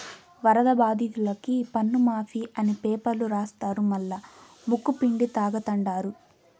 వరద బాధితులకి పన్నుమాఫీ అని పేపర్ల రాస్తారు మల్లా ముక్కుపిండి లాగతండారు